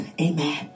amen